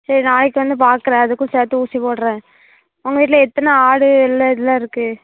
சரி நாளைக்கு வந்து பார்க்குறேன் அதுக்கும் சேர்த்து ஊசி போடுகிறேன் உங்கள் வீட்டில் எத்தனை ஆடு எல்லா இதெல்லாம் இருக்குது